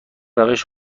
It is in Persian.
روش